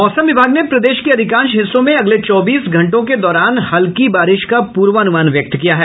मौसम विभाग ने प्रदेश के अधिकांश हिस्सों में अगले चौबीस घंटों के दौरान हल्की बारिश का पूर्वानुमान व्यक्त किया है